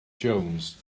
jones